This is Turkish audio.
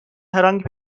herhangi